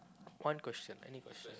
one question any question